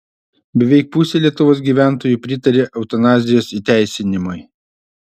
beveik pusė lietuvos gyventojų pritaria eutanazijos įteisinimui